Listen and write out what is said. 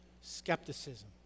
skepticism